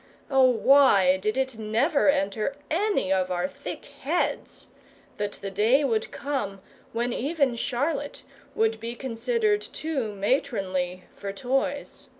oh, why did it never enter any of our thick heads that the day would come when even charlotte would be considered too matronly for toys?